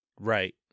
Right